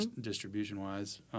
distribution-wise